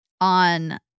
on